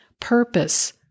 purpose